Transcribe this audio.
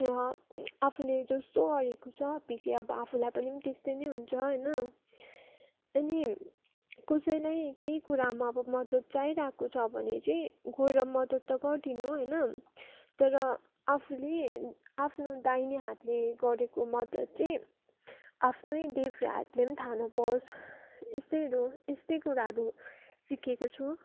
र आफूले जस्तो गरेको छ पिछे अब आफूलाई पनि त्यस्तै नै हुन्छ होइन अनि कसैलाई केही कुरामा अब मदत चाहिरहेको छ भने चाहिँ गएर मदत त गरिदिनु होइन तर आफूले आफ्नो दाइने हातले गरेको मदत चाहिँ आफ्नै देब्रे हातले पनि थाह नपओस् यसैहरू यस्तै कुराहरू सिकेको छु